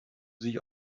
sich